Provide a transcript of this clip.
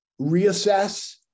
reassess